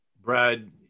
Brad